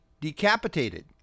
decapitated